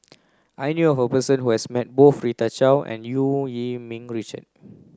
I knew her person who has met both Rita Chao and Eu Yee Ming Richard